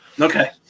Okay